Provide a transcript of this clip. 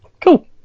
Cool